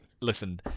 listen